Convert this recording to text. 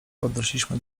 podeszliśmy